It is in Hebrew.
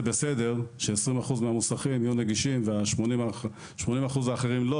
בסדר ש-20% מהמוסכים יהיו נגישים ו-80% האחרים לא